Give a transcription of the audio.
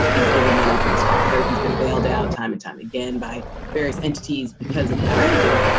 he's given money from his father. he's been bailed out time and time again by various entities because of the branding.